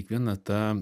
kiekviena ta